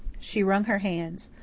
she wrung her hands.